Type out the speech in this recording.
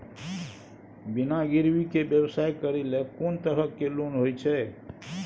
बिना गिरवी के व्यवसाय करै ले कोन तरह के लोन होए छै?